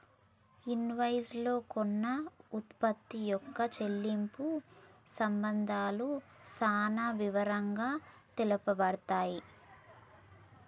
invoice లో కొన్న వుత్పత్తి యొక్క చెల్లింపు నిబంధనలు చానా వివరంగా తెలుపబడతయ్